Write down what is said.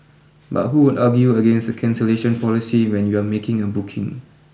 but who would argue against a cancellation policy when you are making a booking